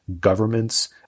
governments